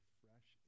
fresh